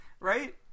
right